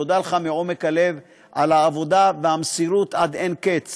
תודה לך מעומק הלב על העבודה שאתה עושה במסירות אין קץ